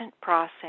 process